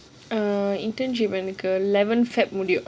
err internship எனக்கு:enakku eleven feb முடியும்::udiyum